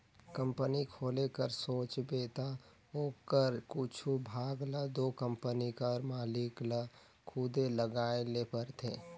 company खोले कर सोचबे ता ओकर कुछु भाग ल दो कंपनी कर मालिक ल खुदे लगाए ले परथे